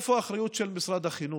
איפה האחריות של משרד החינוך,